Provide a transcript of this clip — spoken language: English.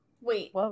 Wait